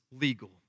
legal